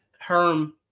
Herm